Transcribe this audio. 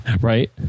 Right